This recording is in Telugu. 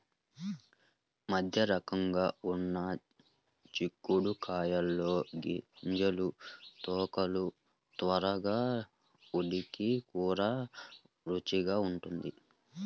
మధ్యరకంగా ఉన్న చిక్కుడు కాయల్లో గింజలు, తొక్కలు త్వరగా ఉడికి కూర రుచిగా ఉంటుంది